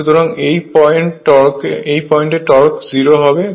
সুতরাং এই পয়েন্টে টর্ক 0 হবে